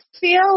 feel